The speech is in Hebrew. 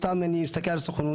סתם אם אני מסתכל על הסוכנות,